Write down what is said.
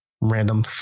random